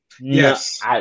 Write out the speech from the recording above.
Yes